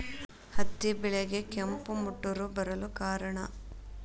ಹತ್ತಿ ಬೆಳೆಗೆ ಕೆಂಪು ಮುಟೂರು ರೋಗ ಬರಲು ಕಾರಣ?